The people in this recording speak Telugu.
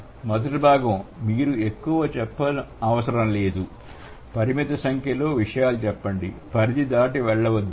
మొదటిది భాగం మీరు ఎక్కువ చెప్పనవసరం లేదు పరిమిత సంఖ్యలో విషయాలు చెప్పండిపరిధి దాటి వెళ్ళవద్దు